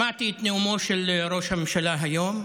שמעתי את נאומו של ראש הממשלה היום,